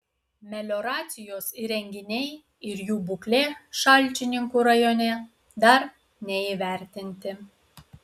melioracijos įrenginiai ir jų būklė šalčininkų rajone dar neįvertinti